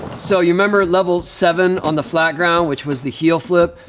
so you remember level seven on the flat ground, which was the heel flip?